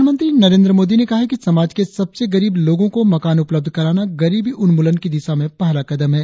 प्रधानमंत्री नरेंद्र मोदी ने कहा है कि समाज के सबसे गरीब लोगो को मकान उपलब्ध कराना गरीबी उन्मूलन की दिशा में पहला कदम है